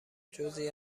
جزعی